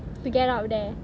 to get out of there